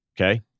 okay